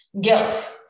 Guilt